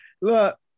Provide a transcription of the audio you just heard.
look